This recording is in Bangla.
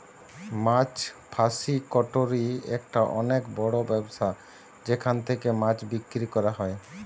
মাছ ফাসিকটোরি একটা অনেক বড় ব্যবসা যেখান থেকে মাছ বিক্রি করা হয়